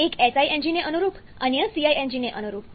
એક SI એન્જિનને અનુરૂપ અન્ય CI એન્જિનને અનુરૂપ